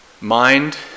Mind